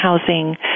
housing